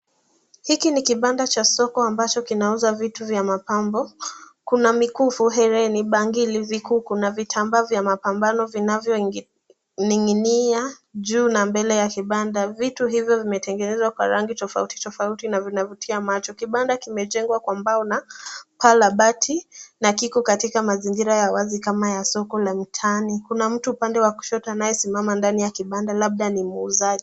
Hiki ni kibanda cha soko ambacho kinauza vitu vya mapambo. Kuna mikufu, herini, bangili, vikuku na vitambaa vya mapambano vinavyoning'inia juu na mbele ya kibanda. Vitu hivyo vimetengenezwa kwa rangi tofauti tofauti na vinavutia macho. Kibanda kimejengwa kwa mbao na paa la bati na kiko katika mazingira ya wazi kama ya soko la mtaani. Kuna mtu upande wa kushoto anayesimama ndani ya kibanda labda ni muuzaji.